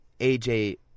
AJ